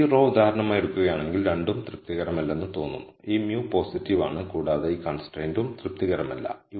നിങ്ങൾ ഈ റോ ഉദാഹരണമായി എടുക്കുകയാണെങ്കിൽ രണ്ടും തൃപ്തികരമല്ലെന്ന് തോന്നുന്നു ഈ μ പോസിറ്റീവ് ആണ് കൂടാതെ ഈ കൺസ്ട്രൈന്റും തൃപ്തികരമല്ല